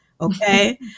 okay